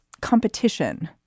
competition